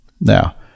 Now